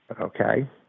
Okay